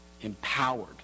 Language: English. empowered